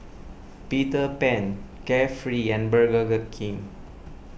Peter Pan Carefree and Burger King